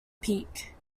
peak